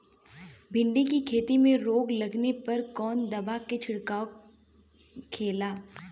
भिंडी की खेती में रोग लगने पर कौन दवा के छिड़काव खेला?